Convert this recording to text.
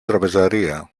τραπεζαρία